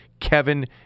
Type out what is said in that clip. Kevin